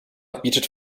bietet